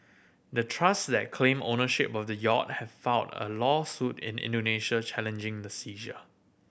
the trust that claim ownership of the yacht have filed a lawsuit in Indonesia challenging the seizure